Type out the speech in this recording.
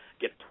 get